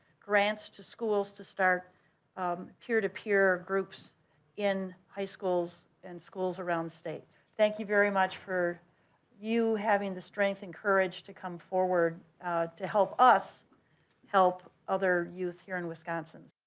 grants to schools to start peer-to-peer groups in high schools and schools around the state. thank you very much for you having the strength and courage to come forward to help us help other youth here in wisconsin.